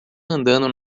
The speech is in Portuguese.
andando